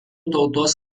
tautos